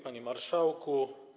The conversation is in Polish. Panie Marszałku!